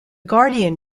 guardian